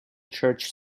church